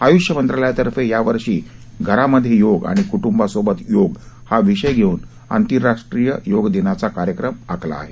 आय्ष मंत्रालयातर्फे यावर्षी घरामध्ये योग आणि कट्टंबासोबत योग हा विषय घेऊन आंतरराष्ट्रीय योग दिनाचा कार्यक्रम आखला आहे